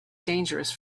dangerous